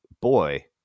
boy